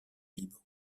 liban